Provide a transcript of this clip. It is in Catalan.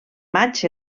matxs